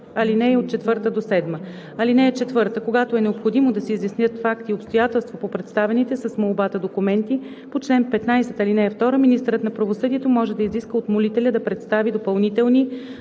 – 7: „(4) Когато е необходимо да се изяснят факти и обстоятелства по представените с молбата документи по чл. 15, ал. 2, министърът на правосъдието може да изиска от молителя да представи допълнителни